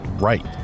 right